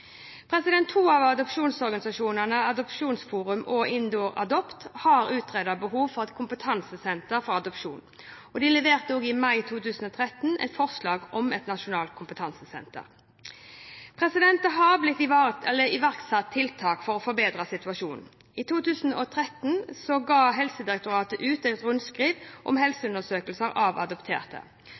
To av adopsjonsorganisasjonene, Adopsjonsforum og InorAdopt, har utredet behovet for et kompetansesenter for adopsjon, og de leverte i mai 2013 et forslag om et nasjonalt kompetansesenter. Det har blitt iverksatt tiltak for å forbedre situasjonen. I 2013 ga Helsedirektoratet ut et rundskriv om helseundersøkelser av adopterte.